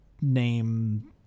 name